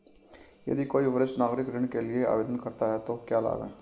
यदि कोई वरिष्ठ नागरिक ऋण के लिए आवेदन करता है तो क्या लाभ हैं?